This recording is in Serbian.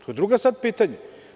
To je drugo pitanje.